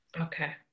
Okay